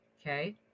Okay